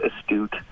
astute